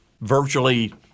virtually